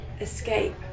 escape